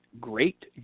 great